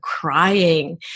crying